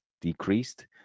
decreased